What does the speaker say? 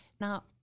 Now